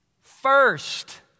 First